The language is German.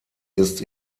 ist